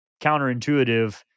counterintuitive